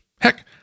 Heck